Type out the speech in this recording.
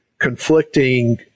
conflicting